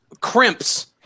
crimps